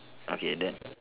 okay then